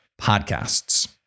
podcasts